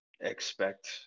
expect